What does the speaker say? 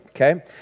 okay